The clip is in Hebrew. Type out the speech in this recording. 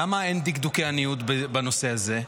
למה אין דקדוקי עניות בנושא הזה?